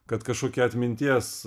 kad kažkokį atminties